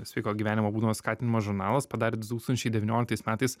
sveiko gyvenimo būdo skatinimo žurnalas padarė du tūkstančiai devynioliktas metais